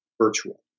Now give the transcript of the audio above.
virtual